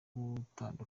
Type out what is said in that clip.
n’umuhanzi